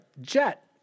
Jet